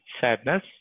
sadness